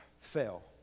fail